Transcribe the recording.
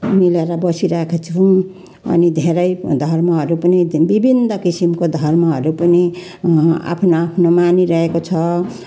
मिलेर बसिरहेका छौँ अनि धेरै धर्महरू पनि विभिन्न किसिमको धर्महरू पनि आफ्नो आफ्नो मानिरहेको छ